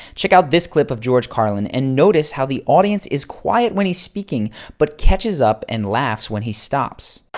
check out this clip of george carlin and notice how the audience is quiet when he's speaking but catches up and laughs when he stops.